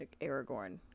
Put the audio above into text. Aragorn